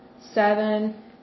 seven